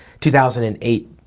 2008